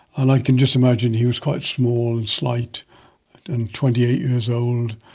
and i can just imagine, he was quite small and slight and twenty eight years old,